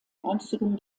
einstigen